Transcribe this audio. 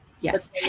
yes